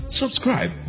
subscribe